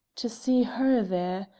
to see her there!